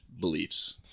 beliefs